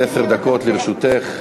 עד עשר דקות לרשותך.